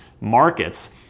markets